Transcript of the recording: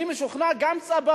אני משוכנע שגם צבר,